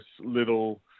Little